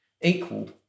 equal